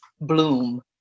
bloom